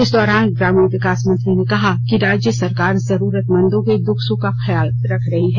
इस दौरान ग्रामीण विकास मंत्री ने कहा कि राज्य सरकार जरूरतमंदो के सुख दुख का ख्याल रख रही है